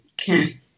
Okay